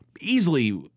easily